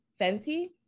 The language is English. fenty